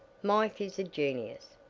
mike is a genius,